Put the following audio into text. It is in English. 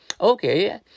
Okay